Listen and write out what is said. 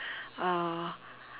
uh